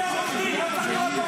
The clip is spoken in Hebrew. בושה.